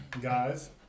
guys